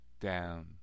down